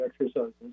exercises